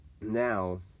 now